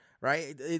right